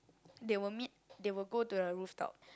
they will meet they will go to the rooftop